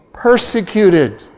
persecuted